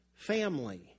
family